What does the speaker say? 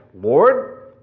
Lord